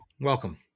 Welcome